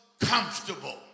comfortable